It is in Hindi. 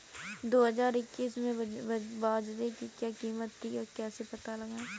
दो हज़ार इक्कीस में बाजरे की क्या कीमत थी कैसे पता लगाएँ?